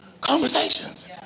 conversations